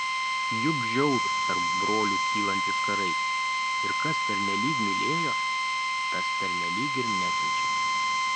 juk žiaurūs tarp brolių kylantys karai ir kas pernelyg mylėjo tas pernelyg ir nekenčia